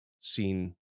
seen